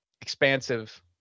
expansive